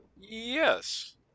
Yes